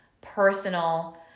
personal